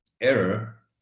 error